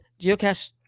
Geocache